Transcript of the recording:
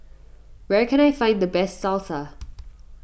where can I find the best Salsa